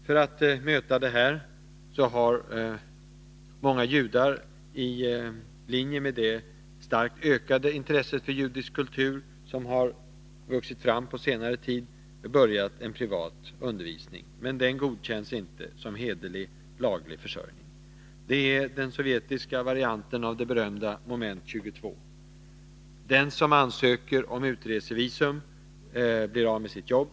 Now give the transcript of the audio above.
För att möta denna situation har många judar, i linje med det starkt ökade intresse för judisk kultur som har vuxit fram på senare tid, börjat med privat undervisning. Men den godkänns inte som hederlig, laglig försörjning. Det är den sovjetiska varianten av det berömda moment 22. Den som ansöker om utresevisum blir av med sitt jobb.